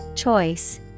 choice